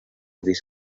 fis